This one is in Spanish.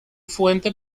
fuente